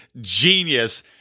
genius